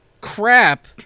crap